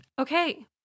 okay